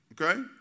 Okay